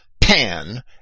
pan